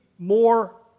more